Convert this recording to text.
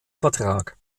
vertrag